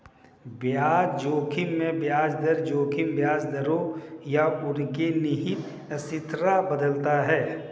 बाजार जोखिम में ब्याज दर जोखिम ब्याज दरों या उनके निहित अस्थिरता बदलता है